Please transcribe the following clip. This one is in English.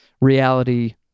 reality